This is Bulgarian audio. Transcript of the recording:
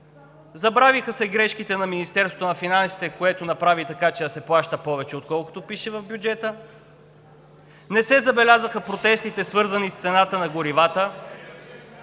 Забравиха се грешките на Министерството на финансите, което направи така, че да се плаща повече, отколкото пише в бюджета. Не се забелязаха протестите, свързани с цената на горивата,